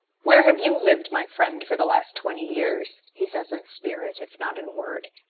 where have you lived, my friend, for the last twenty years, he says in spirit, if not in word,